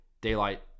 daylight